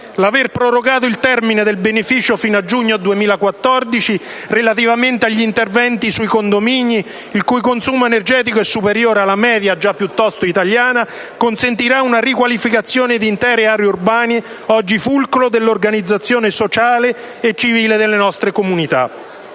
L'aver prorogato il termine del beneficio fino a giugno 2014 relativamente agli interventi sui condomini, il cui consumo energetico è superiore alla media italiana già piuttosto elevata, consentirà una riqualificazione di intere aree urbane oggi fulcro dell'organizzazione sociale e civile delle nostre comunità.